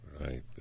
Right